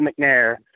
McNair